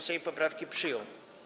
Sejm poprawki przyjął.